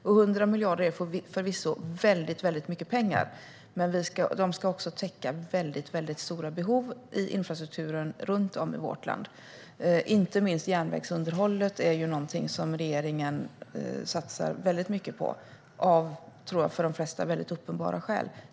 100 miljarder är förvisso väldigt mycket pengar, men de ska också täcka väldigt stora behov i infrastrukturen runt om i vårt land. Inte minst järnvägsunderhållet är någonting som regeringen satsar mycket på - av för de flesta, tror jag, väldigt uppenbara skäl.